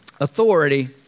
authority